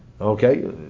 Okay